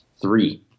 three